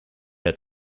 out